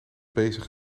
bezig